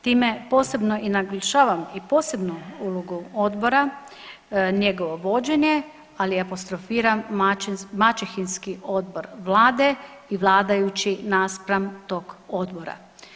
Time posebno i naglašavam i posebnu ulogu odbora, njegovo vođenje, ali apostrofiram maćehinski odbor vlade i vladajući naspram tog odbora.